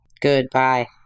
goodbye